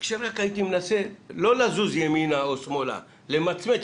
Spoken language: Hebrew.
וכשרק הייתי מנסה לא לזוז ימינה או שמאלה למצמץ